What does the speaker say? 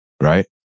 right